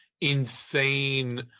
insane